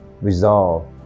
resolve